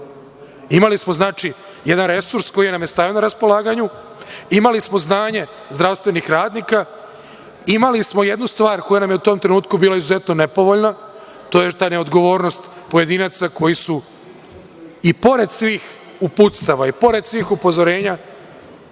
Nišu? Imali smo jedan resurs koji nam je stajao na raspolaganju, imali smo znanje zdravstvenih radnika, imali smo jednu stvar koja nam je u tom trenutku bila izuzetno nepovoljna, to je ta neodgovornost pojedinaca koji su i pored svih uputstava i pored svih upozorenja